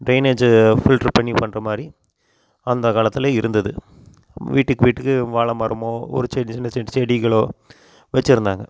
drainage filter பண்ணி பண்ணுற மாதிரி அந்த காலத்தில் இருந்தது வீட்டுக்கு வீட்டுக்கு வாழை மரமோ ஒரு செடி சின்ன சின்ன செடிகளோ வெச்சு இருந்தாங்க